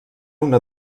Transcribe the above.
una